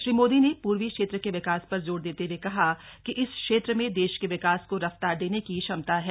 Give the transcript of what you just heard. श्री मोदी ने पूर्वी क्षेत्र के विकास पर जोर देते हुए कहा कि इस क्षेत्र में देश के विकास को रफ्तार देने की क्षमता है